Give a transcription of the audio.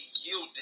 yielded